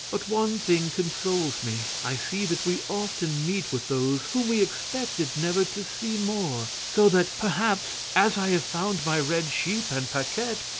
but one thing consoles me. i see that we often meet with those whom we expected never to see more so that, perhaps, as i have found my red sheep and paquette,